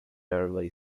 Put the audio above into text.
early